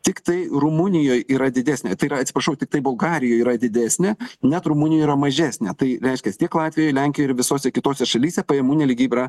tiktai rumunijoj yra didesnė tai yra atsiprašau tiktai bulgarijoj yra didesnė net rumunijoj yra mažesnė tai reiškias tiek latvijoj lenkijoj ir visose kitose šalyse pajamų nelygybė yra